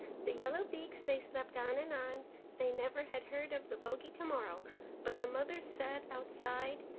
the yellow-beaks they slept on and on they never had heard of the bogy to-morrow but the mother sat outside,